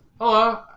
Hello